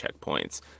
checkpoints